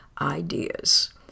ideas